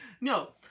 No